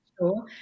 sure